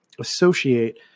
associate